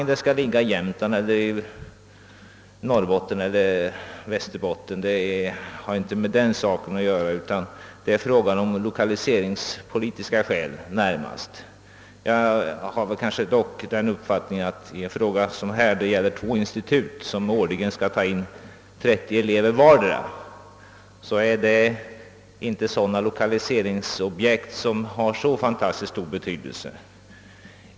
Om de skall ligga i Jämtland, Norrbotten eller Västerbotten har inte med saken att göra, utan det blir främst lokaliseringspolitiska skäl som får avgöra det. Jag har dock den uppfattningen att dessa två institut, som skall ta in 30 elever var, inte är några lokaliseringsobjekt av så fantastiskt stor betydelse.